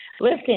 Listen